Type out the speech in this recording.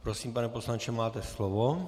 Prosím, pane poslanče, máte slovo.